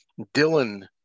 Dylan